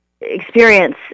experience